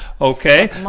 okay